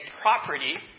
property